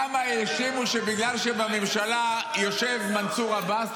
כמה האשימו שבגלל שבממשלה יושב מנסור עבאס,